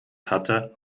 hatte